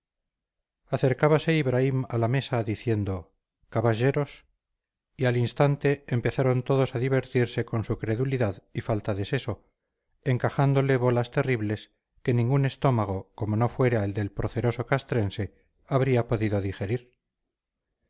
tenemos encima acercábase ibraim a la mesa diciendo cabayeros y al instante empezaban todos a divertirse con su credulidad y falta de seso encajándole bolas terribles que ningún estómago como no fuera el del proceroso castrense habría podido digerir